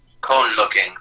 cone-looking